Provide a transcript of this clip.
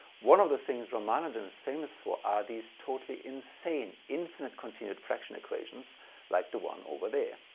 one of the things ramanujan is famous for are these totally insane infinite continued fraction equations like the one over there.